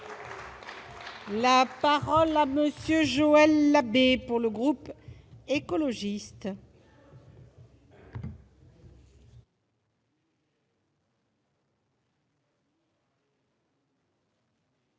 La parole est à M. Joël Labbé, pour le groupe écologiste.